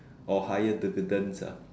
or higher dividends ah